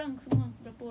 four courses a'ah